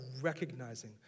recognizing